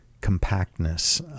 compactness